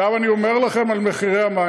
עכשיו, אני אומר לכם על מחירי המים.